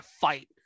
fight